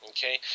Okay